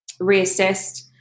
reassessed